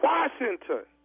Washington